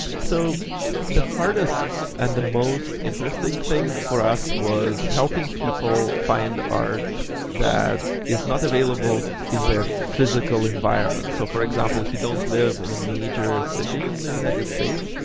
so the hardest and the most interesting thing for us was helping people find art that is not available in their physical environment. so for example, if you don't live in a major city in the united states,